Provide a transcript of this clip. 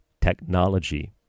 technology